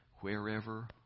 Wherever